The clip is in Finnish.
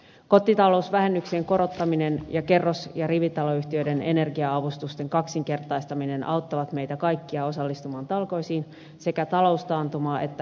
kotitalousvähennyksen korottaminen ja kerros ja rivitaloyhtiöiden energia avustusten kaksinkertaistaminen auttavat meitä kaikkia osallistumaan talkoisiin sekä taloustaantumaa että ilmastonmuutosta vastaan